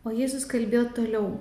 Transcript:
o jėzus kalbėjo toliau